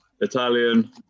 Italian